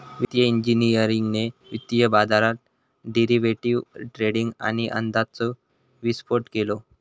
वित्तिय इंजिनियरिंगने वित्तीय बाजारात डेरिवेटीव ट्रेडींग आणि अंदाजाचो विस्फोट केलो